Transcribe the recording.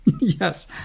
Yes